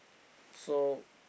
so